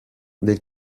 del